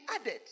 added